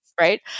right